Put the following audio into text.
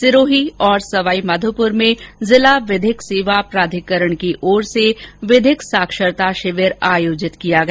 सिरोही और सवाईमाघोपुर में जिला विधिक सेवा प्राधिकरण की ओर से विधिक साक्षरता शिविर आयोजित किया गया